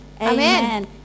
Amen